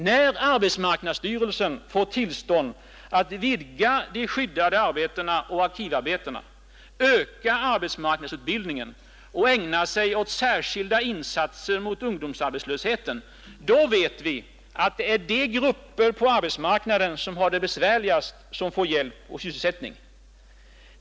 När arbetsmarknadsstyrelsen får tillstånd att vidga de skyddade arbetena och arkivarbetena, att öka arbetsmarknadsutbildningen eller ägna sig åt särskilda insatser mot ungdomsarbetslösheten, då vet vi att det är de grupper på arbetsmarknaden, som har det besvärligast, som får hjälp och sysselsättning.